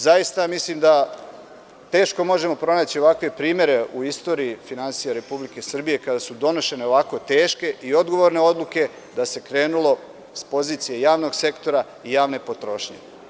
Zaista mislim da teško možemo pronaći ovakve primere u istoriji finansija Republike Srbije kada su donošene ovako teške i odgovorne odluke, da se krenulo s pozicije javnog sektora i javne potrošnje.